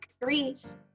degrees